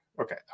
okay